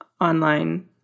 online